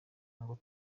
ngo